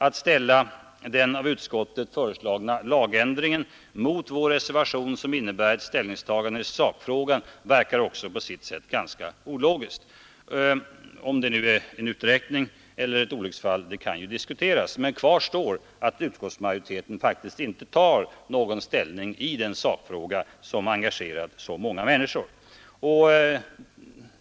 Att ställa den av utskottet föreslagna lagändringen mot vår reservation, som innebär ett ställningstagande i sakfrågan, verkar också på sitt sätt ganska ologiskt. Om det nu är en uträkning eller ett olycksfall det kan ju diskuteras, men kvar står att utskottsmajoriteten faktiskt inte tar någon ställning i den sakfråga, som engagerat så många människor.